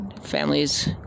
families